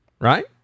right